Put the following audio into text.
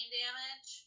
damage